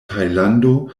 tajlando